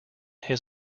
his